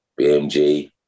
BMG